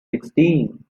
sixteen